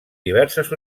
diverses